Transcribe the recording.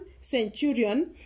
centurion